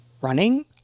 running